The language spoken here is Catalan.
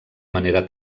manera